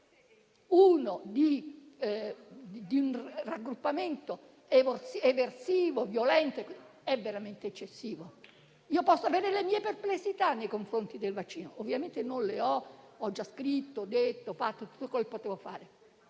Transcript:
uno di un raggruppamento eversivo e violento è veramente eccessivo. Posso avere le mie perplessità nei confronti del vaccino. Io ovviamente non le ho, ho già scritto, detto e fatto tutto quello che potevo fare